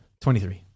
23